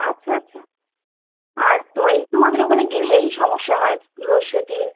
আচ্ছা আচ্ছা আর তো এই তোমাদের ওখানে গেলে এই সমস্যা হয় লোডশেডিং